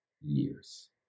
years